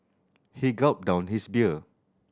he gulped down his beer